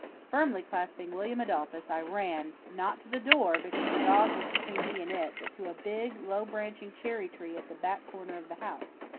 firmly clasping william adolphus, i ran not to the door, because the dog was between me and it, but to a big, low-branching cherry tree at the back corner of the house.